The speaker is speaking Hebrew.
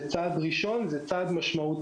זה צעד ראשון ומשמעותי,